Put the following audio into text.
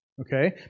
okay